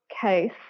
case